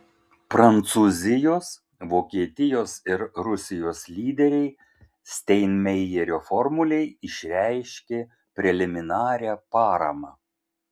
prancūzijos vokietijos ir rusijos lyderiai steinmeierio formulei išreiškė preliminarią paramą